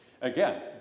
Again